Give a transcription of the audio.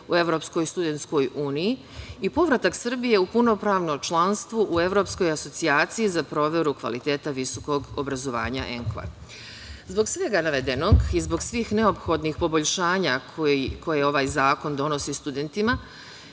u Evropskoj studentskoj uniji i povratak Srbije u punopravno članstvo u Evropskoj asocijaciji za proveru kvaliteta visokog obrazovanja ENQA.Zbog svega navedenog i zbog svih neophodnih poboljšanja koje ovaj zakon donosi studentima,